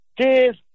Cheers